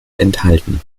enthalten